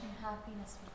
happiness